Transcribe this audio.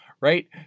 right